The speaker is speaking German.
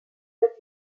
wird